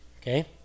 Okay